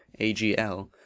AGL